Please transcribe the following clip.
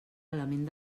element